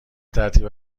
ترتیب